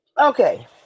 okay